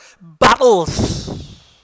battles